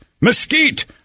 mesquite